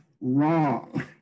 wrong